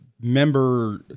member